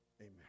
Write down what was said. Amen